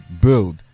build